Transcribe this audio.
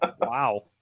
wow